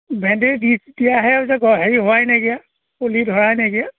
ভেন্দি দি দিয়াহে যে হেৰি হোৱাই নাইকিয়া কলি ধৰাই নাইকিয়া